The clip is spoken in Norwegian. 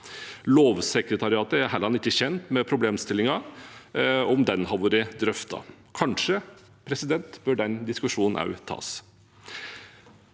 Lovsekretariatet er heller ikke kjent med at problemstillingen har vært drøftet. Kanskje bør den diskusjonen også tas.